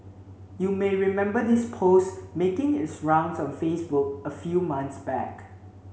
you may remember this post making its rounds on Facebook a few months back